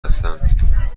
هستند